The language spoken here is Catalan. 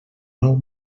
nou